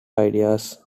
ideas